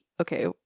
Okay